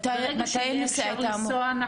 מתי הנסיעה הייתה אמורה להיות?